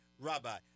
Rabbi